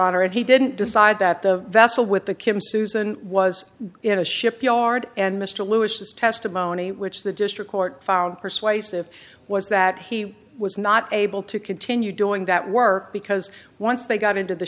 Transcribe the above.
honor and he didn't decide that the vessel with the kim susan was in a shipyard and mr lewis his testimony which the district court found persuasive was that he was not able to continue doing that work because once they got into the